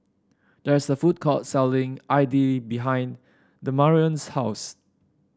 there is a food court selling idly behind Demarion's house